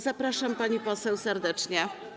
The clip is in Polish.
Zapraszam, pani poseł, serdecznie.